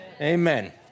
Amen